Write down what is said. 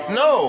no